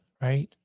right